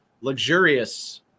luxurious